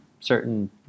certain